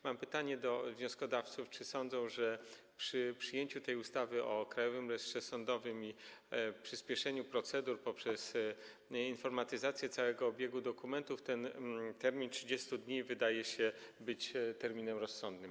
Mam pytanie do wnioskodawców: Czy przy przyjęciu ustawy o Krajowym Rejestrze Sądowym i przyspieszeniu procedur poprzez informatyzację całego obiegu dokumentów ten termin 30 dni wydaje się terminem rozsądnym?